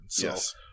Yes